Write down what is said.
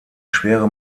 schwere